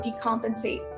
decompensate